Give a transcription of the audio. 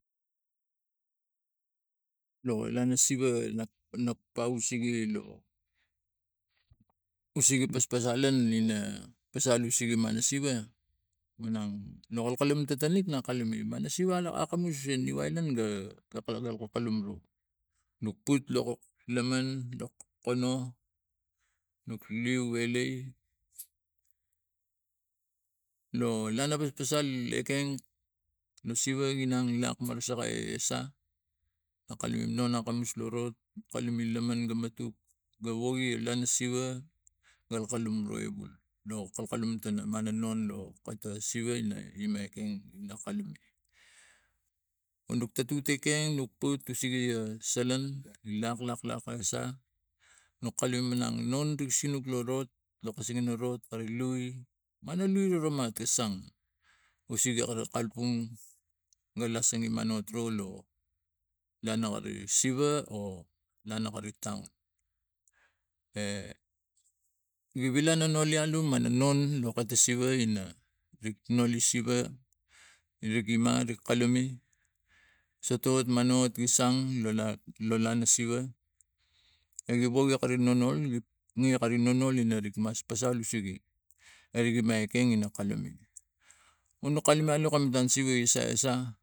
Lo lana siva nap no pausege lo usige alan ina pasal usigiman nasiva manang lo kalkalum tatanik na kalume mano siva akamus niu aikn ga kalagal ga kalum go nok put lo laman lo kono nuk leu elai lo lana paspasal ekeng no siva inang lakman sakai esa akalume non akamus no rot kalkalum laman lo kono nuk leu elai lo lana paspasal ekeng no siva inang lakman sakai esa akalume non akamus lo rot kalkalum laman goi matut ga wogi lana siva gal kalum ro walo kalkalum tana mano no lo kata siva ina ima ekeng ina kalume. Po nuk tatut ekeng nuk puat tu sege a salan lak- lak- lak a sa no kalume manang non nuk sinuk lo rot no kaseng ra rot mana loi ramat ga sang usege gara kalapang ga iasere manot ro lo lana gare siva e lana kare taun vivilai na noli alum mana non katasiva ina rik noli siva ri gima rik kalume sotot mahot gi sang lo lana siva egi wogi kari nonol gi nia lo kari nonol gi mas pasal usege ari imang ekeng ina kalume.